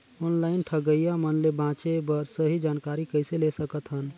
Online ठगईया मन ले बांचें बर सही जानकारी कइसे ले सकत हन?